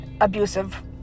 abusive